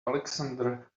alexander